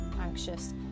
anxious